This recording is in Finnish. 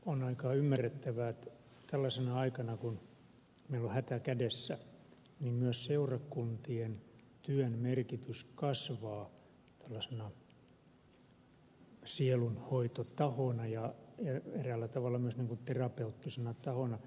on aika ymmärrettävää että tällaisena aikana kun meillä on hätä kädessä myös seurakuntien työn merkitys kasvaa tällaisena sielunhoitotahona ja eräällä tavalla myös terapeuttisena tahona